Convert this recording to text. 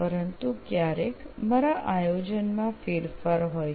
પરંતુ ક્યારેક મારા આયોજનમાં ફેરફાર હોય છે